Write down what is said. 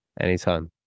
Anytime